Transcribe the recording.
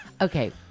Okay